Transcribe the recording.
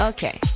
Okay